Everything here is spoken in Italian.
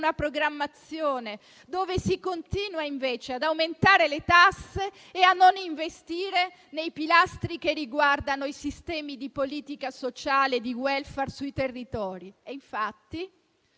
una programmazione, dove si continua invece ad aumentare le tasse e a non investire nei pilastri che riguardano i sistemi di politica sociale e di *welfare* sui territori. E ora